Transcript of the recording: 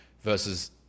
versus